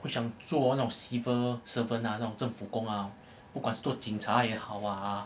我想做那种 civil servant 那种政府工啊不管是警察也好啊